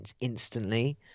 instantly